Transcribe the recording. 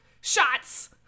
Shots